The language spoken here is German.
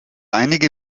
einige